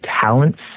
talents